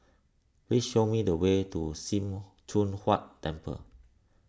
please show me the way to Sim Choon Huat Temple